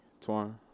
Twan